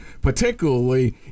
particularly